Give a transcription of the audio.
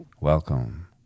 welcome